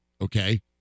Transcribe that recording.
Okay